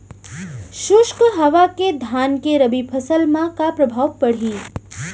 शुष्क हवा के धान के रबि फसल मा का प्रभाव पड़ही?